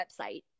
website